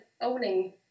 owning